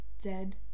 dead